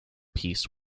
piece